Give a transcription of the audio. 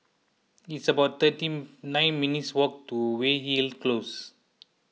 it's about thirty nine minutes' walk to Weyhill Close